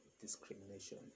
discrimination